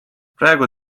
praegu